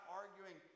arguing